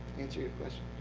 answer your question?